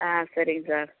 ஆ சரிங்க சார்